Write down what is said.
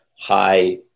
high